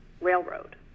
Railroad